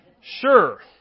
sure